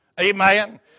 Amen